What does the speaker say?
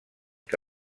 que